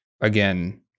again